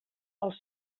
els